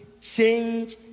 change